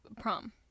prom